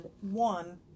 one